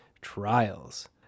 trials